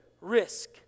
risk